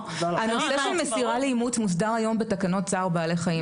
שהנושא של מסירה לאימוץ מוסדר היום בתקנות צער בעלי חיים,